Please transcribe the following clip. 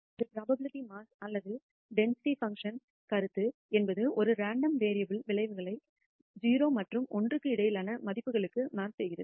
ஒரு probability mass அல்லது density function கருத்து என்பது ஒரு ரேண்டம் வேரியபுல்ன் விளைவுகளை 0 மற்றும் 1 க்கு இடையிலான மதிப்புகளுக்கு மேப் செய்கிறது